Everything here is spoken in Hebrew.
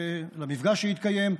למפגש שהתקיים,